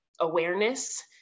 awareness